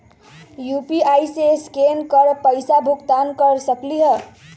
UPI से scan कर पईसा भुगतान कर सकलीहल?